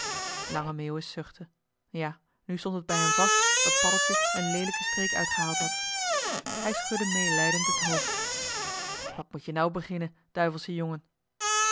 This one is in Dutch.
zuchtte ja nu stond het bij hem vast dat paddeltje een leelijke streek uitgehaald had hij schudde meelijdend het hoofd wat moet-je nou beginnen duivelsche jongen